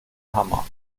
hammer